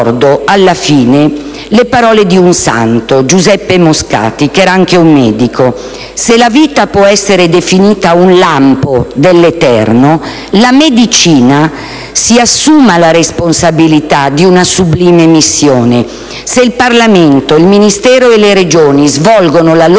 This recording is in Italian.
intervento le parole di un santo, Giuseppe Moscati, che era anche un medico: «Se la vita può essere definita un lampo nell'eterno (...), la medicina si assuma la responsabilità di una sublime missione». Se il Parlamento, il Ministero e le Regioni svolgono la loro